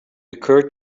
occurred